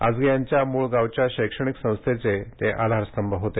आसगे यांच्या मूळ गावच्या शैक्षणिक संस्थेचे ते आधारस्तंभ होते